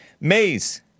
Mays